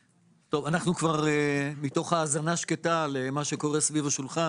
מתוך האזנה שקטה למה שקורה סביב השולחן,